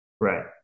Right